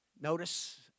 Notice